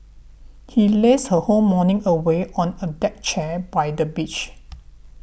she lazed her whole morning away on a deck chair by the beach